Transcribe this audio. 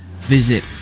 visit